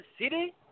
City